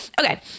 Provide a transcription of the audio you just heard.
Okay